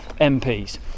MPs